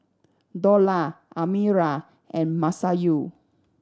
Dollah Amirah and Masayu